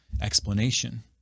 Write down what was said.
explanation